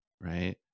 right